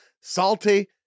salty